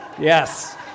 yes